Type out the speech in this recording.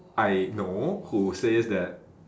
I know who says that